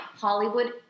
Hollywood